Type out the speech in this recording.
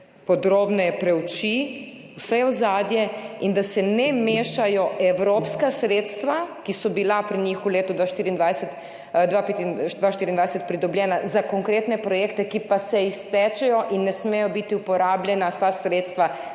podrobneje preuči vse ozadje in da se ne mešajo evropska sredstva, ki so bila pri njih v letu 2024 pridobljena za konkretne projekte, ki pa se iztečejo in ta sredstva ne smejo biti uporabljena za delovanje